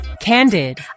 Candid